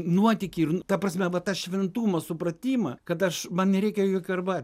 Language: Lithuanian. nuotykį ir ta prasme va tą šventumą supratimą kad aš man nereikia jokio arba